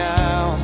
now